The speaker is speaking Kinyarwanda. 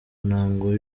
ntango